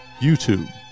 YouTube